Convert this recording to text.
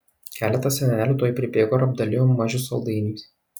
keletas senelių tuoj pribėgo ir apdalijo mažių saldainiais